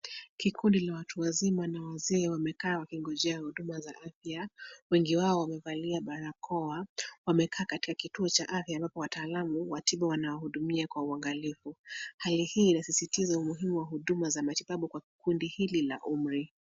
Kikundi la watu wazima na wazee wamekaa wakingojea huduma za afya ,wengi wao wamevalia barakoa. Wamekaa katika kituo cha afya, ambapo wataalamu wa tiba wanawahudumia kwa uangalifu. Hali hii inasisitiza umuhimu wa huduma za matibabu kwa kikundi hili, la umri.